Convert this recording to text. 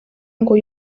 ngo